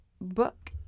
book